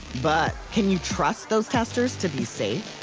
but can you trust those testers to be safe?